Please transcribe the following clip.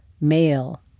male